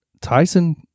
Tyson